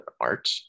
art